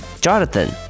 Jonathan